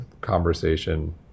conversation